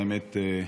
האמת,